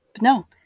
no